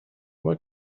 what